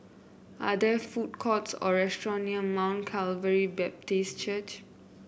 are there food courts or restaurants near Mount Calvary Baptist Church